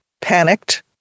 panicked